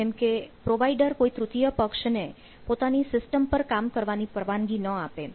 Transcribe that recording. જેમકે પ્રોવાઇડર કોઈ તૃતીય પક્ષને પોતાની સિસ્ટમ પર કામ કરવાની પરવાનગી ન આપે